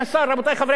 רבותי חברי הכנסת,